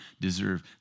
deserve